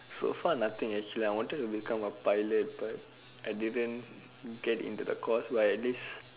so far nothing actually I wanted to become a pilot but I didn't get into the course but at least